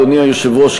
אדוני היושב-ראש,